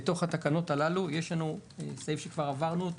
בתוך התקנות הללו יש לנו סעיף שכבר עברנו אותו,